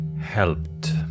helped